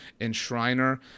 enshriner